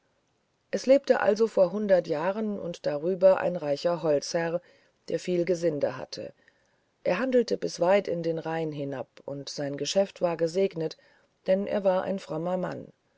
es lebte also vor hundert jahr und drüber ein reicher holzherr der viel gesind hatte er handelte bis weit in den rhein hinab und sein geschäft war gesegnet denn er war ein frommer mann